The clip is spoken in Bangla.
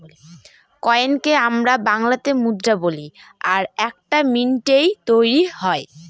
কয়েনকে আমরা বাংলাতে মুদ্রা বলি আর এটা মিন্টৈ তৈরী হয়